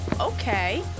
okay